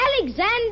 Alexander